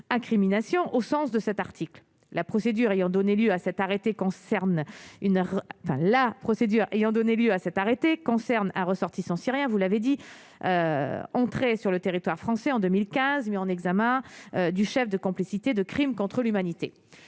concerne une heure la procédure ayant donné lieu à cet arrêté concerne un ressortissant syrien, vous l'avez dit, entrée sur le territoire français en 2015 mais en examen du chef de complicité de crimes contre l'humanité,